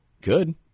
Good